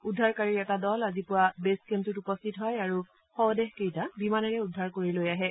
উদ্ধাৰকাৰীৰ এটা দল আজি পুৱা বে'ছ কেম্পটোত উপস্থিত হয় আৰু শৱদেহ কেইটা বিমানেৰে উদ্ধাৰ কৰি লৈ আহে